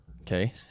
okay